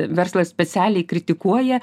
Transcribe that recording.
verslas specialiai kritikuoja